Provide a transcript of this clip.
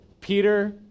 Peter